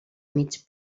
mig